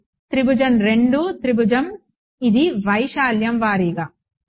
త్రిభుజం 2 త్రిభుజం ఇది వైశాల్యం వారీగా సరే